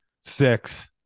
six